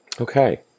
Okay